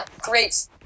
great